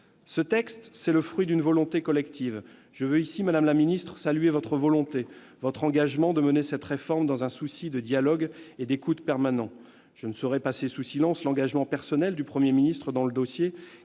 un texte qui est le fruit d'une volonté collective. Je tiens, madame la ministre, à saluer votre volonté, votre engagement de mener cette réforme dans un souci de dialogue et d'écoute permanent. Je ne saurais passer sous silence l'engagement personnel du Premier ministre dans ce dossier,